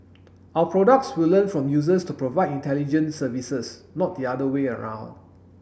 our products will learn from users to provide intelligent services not the other way around